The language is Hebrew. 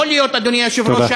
יכול להיות, אדוני היושב-ראש, תודה.